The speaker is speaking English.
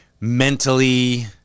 mentally